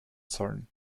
sollen